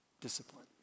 discipline